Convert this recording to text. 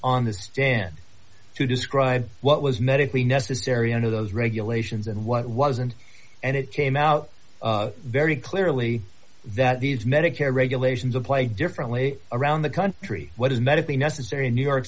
on the stand to describe what was medically necessary under those regulations and what wasn't and it came out very clearly that these medicare regulations apply differently around the country what is medically necessary in new york